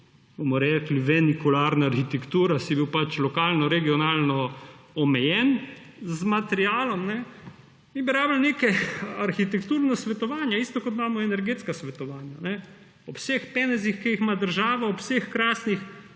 bomo rekli venikularna arhitektura, si bil pač lokalno, regionalno omejen z materialom, in bi potrebovali arhitekturno svetovanje, isto kot imamo energetska svetovanja. Ob vseh penezih, ki jih ima država, ob vseh krasnih